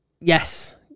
Yes